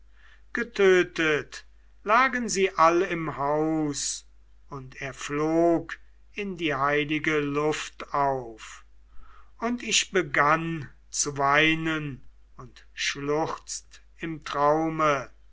getötet lagen sie all im haus und er flog in die heilige luft auf und ich begann zu weinen und schluchzt im traume